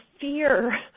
fear